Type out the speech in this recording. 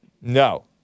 No